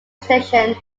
station